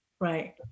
Right